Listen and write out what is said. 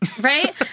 Right